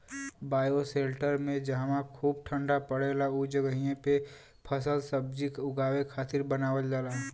bioshelter में जहवा खूब ठण्डा पड़ेला उ जगही पे फलसब्जी उगावे खातिर बनावल जाला